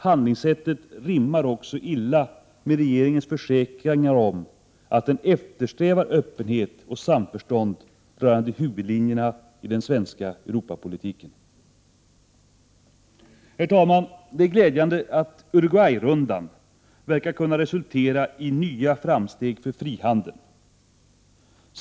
Handlingssättet rimmar också illa med regeringens försäkringar om att den eftersträvar öppenhet och samförstånd rörande huvudlinjerna i den svenska Europapolitiken. Herr talman! Det är glädjande att Uruguayrundan verkar kunna resultera i nya framsteg för frihandeln.